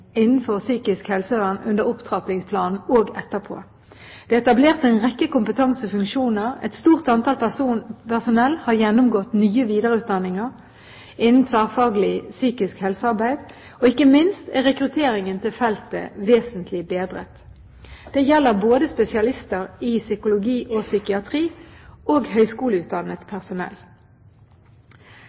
innenfor psykisk helsevern under opptrappingsplanen og etterpå. Det er etablert en rekke kompetansefunksjoner, et stort antall personell har gjennomgått nye videreutdanninger innen tverrfaglig psykisk helsearbeid, og ikke minst er rekrutteringen til feltet vesentlig bedret. Det gjelder både spesialister i psykologi og psykiatri og høyskoleutdannet personell.